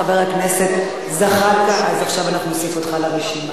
חבר הכנסת זחאלקה, עכשיו אנחנו נוסיף אותך לרשימה.